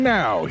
now